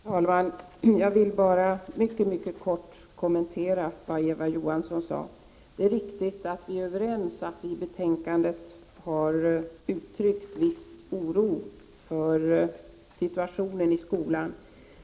Herr talman! Jag vill bara mycket kort kommentera det Eva Johansson sade. Det är riktigt att vi är överens och att vi i betänkandet har uttryckt viss oro för situationen i skolan.